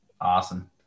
Awesome